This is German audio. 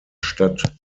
statt